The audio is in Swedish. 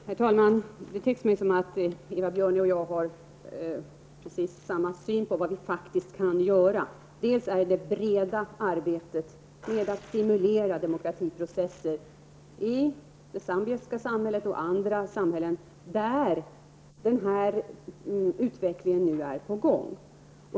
Herr talman! Det tycks som om Eva Björne och jag har precis samma syn på vad vi faktiskt kan göra. Det ena är det breda arbetet att stimulera demokratiprocesser i det zambiska samhället och i andra samhällen där den här utvecklingen är på gång.